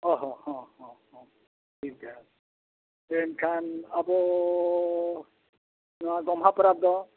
ᱚ ᱦᱚᱸ ᱦᱚᱸ ᱦᱚᱸ ᱴᱷᱤᱠ ᱜᱮᱭᱟ ᱢᱮᱱᱠᱷᱟᱱ ᱟᱵᱚ ᱱᱚᱣᱟ ᱜᱳᱢᱦᱟ ᱯᱚᱨᱚᱵᱽ ᱫᱚ